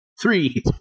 Three